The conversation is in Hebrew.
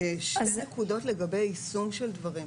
שתי נקודות לגבי יישום של דברים,